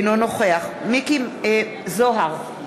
אינו נוכח מכלוף מיקי זוהר,